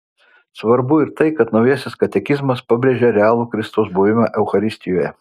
svarbu ir tai kad naujasis katekizmas pabrėžia realų kristaus buvimą eucharistijoje